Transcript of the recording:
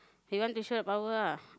they don't want to show their power lah